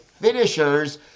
finishers